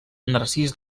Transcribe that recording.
narcís